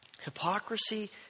hypocrisy